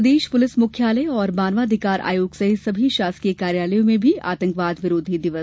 प्रदेश police मुख्यालय और मानव अधिकार आयोग सहित सभी शासकीय कार्यालयों में भी आतंकवाद विरोधी दिवस मनाया गया